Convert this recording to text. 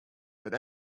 but